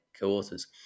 co-authors